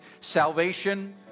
salvation